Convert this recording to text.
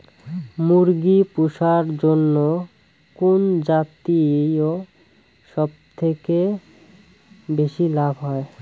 মুরগি পুষার জন্য কুন জাতীয় সবথেকে বেশি লাভ হয়?